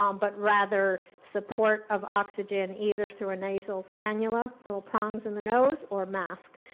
um but rather support of oxygen either through a nasal cannula, little prongs in the nose, or mask.